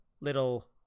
Little